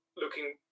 looking